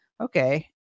okay